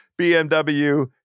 BMW